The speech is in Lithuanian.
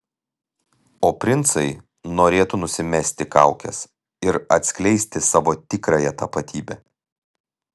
o princai norėtų nusimesti kaukes ir atskleisti savo tikrąją tapatybę